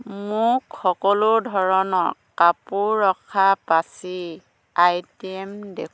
মোক সকলো ধৰণৰ কাপোৰ ৰখা পাচি আইটেম দেখুওৱা